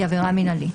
היא עבירה מינהלית.